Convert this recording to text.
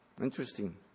Interesting